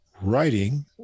writing